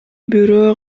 бирөө